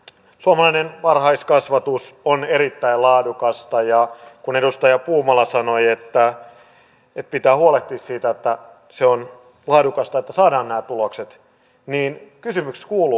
suomalainen varhaiskasvatus on erittäin laadukasta ja kun edustaja puumala sanoi että pitää huolehtia siitä että se on laadukasta että saadaan nämä tulokset niin kysymys kuuluu